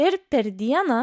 ir per dieną